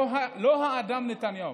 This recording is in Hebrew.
לא האדם נתניהו.